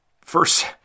First